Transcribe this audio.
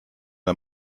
der